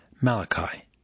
Malachi